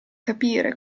capire